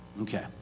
Okay